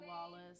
Wallace